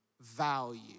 value